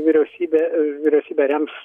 vyriausybė vyriausybė rems